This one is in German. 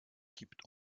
kippt